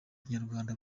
kinyarwanda